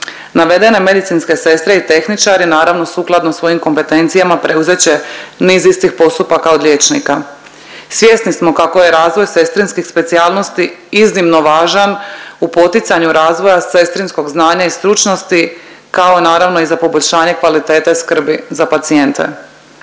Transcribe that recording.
Navedene medicinske sestre i tehničari naravno sukladno svojim kompetencijama preuzet će niz istih postupaka od liječnika. Svjesni smo kako je razvoj sestrinskih specijalnosti iznimno važan u poticanju razvoja sestrinskog znanja i stručnosti kao i naravno za poboljšanje kvalitete skrbi za pacijente.